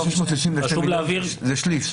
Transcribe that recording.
זה שליש.